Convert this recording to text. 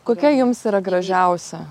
kokia jums yra gražiausia